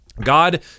God